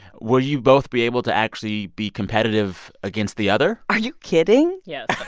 will you both be able to actually be competitive against the other? are you kidding? yes